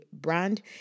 brand